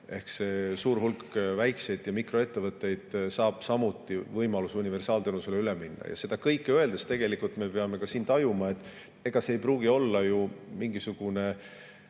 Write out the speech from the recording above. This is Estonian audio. ehk suur hulk väike‑ ja mikroettevõtteid saab samuti võimaluse universaalteenusele üle minna. Seda kõike öeldes me peame tajuma, et ega see ei pruugi olla ju mingisugune